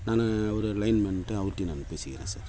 நான் அவர் லைன்மேன்கிட்ட அவர்கிட்டையும் நான் பேசிக்கிறேன் சார்